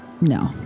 No